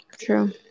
True